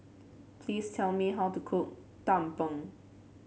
please tell me how to cook Tumpeng